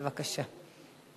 בבקשה.